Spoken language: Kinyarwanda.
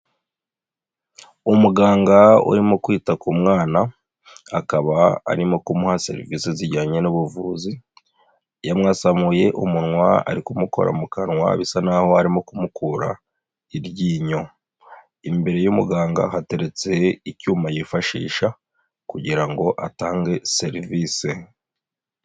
Umuganga urimo kwita ku mwana, akaba arimo kumuha serivise zijyanye n'ubuvuzi, yamwasamuye umunwa, ari kumukora mu kanwa bisa n'aho arimo kumukura iryinyo, imbere y'umuganga hateretse icyuma yifashisha, kugira ngo atange serivise.